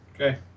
Okay